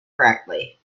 correctly